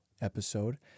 episode